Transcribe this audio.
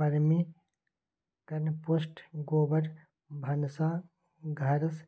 vermicompost गोबर, भनसा घरसँ